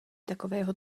takového